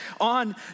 on